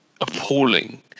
appalling